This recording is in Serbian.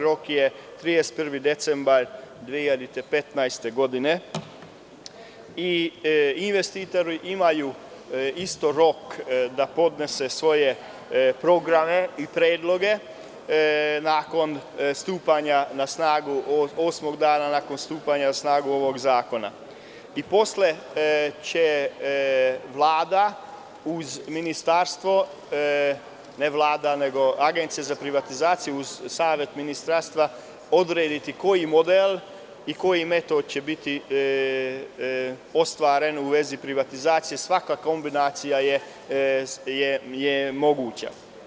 Rok je 31. decembar 2015. godine i investitori imaju isto rok da podnesu svoje programe i predloge nakon stupanja na snagu osmog dana, nakon stupanja na snagu ovog zakona i posle će Agencija za privatizaciju uz savet ministarstva odrediti koji model i koji metod će biti ostvaren u vezi privatizacije svakako kombinacija je moguća.